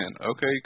Okay